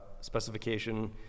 specification